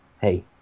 hey